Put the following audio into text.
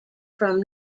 from